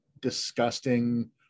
disgusting